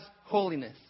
holiness